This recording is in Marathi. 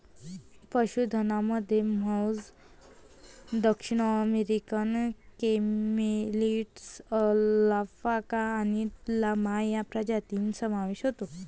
पशुधनामध्ये म्हैस, दक्षिण अमेरिकन कॅमेलिड्स, अल्पाका आणि लामा या प्रजातींचा समावेश होतो